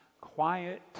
quiet